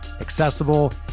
accessible